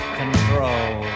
control